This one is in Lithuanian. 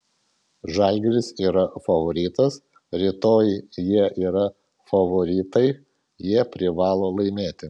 žalgiris yra favoritas rytoj jie yra favoritai jie privalo laimėti